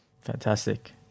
Fantastic